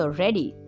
ready